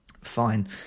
fine